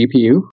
GPU